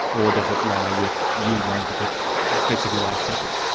or does it lie with you wanting to keep aspects of your life separate?